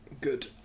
Good